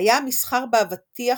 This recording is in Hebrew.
היה המסחר באבטיח